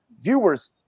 viewers